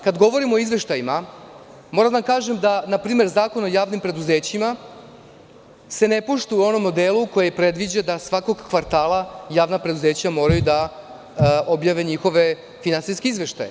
Kada govorimo o izveštajima, moram da vam kažem da se npr. Zakon o javnim preduzećima ne poštuje u onom delu koji predviđa da svakog kvartala javna preduzeća moraju da objave njihove finansijske izveštaje.